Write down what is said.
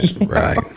right